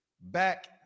back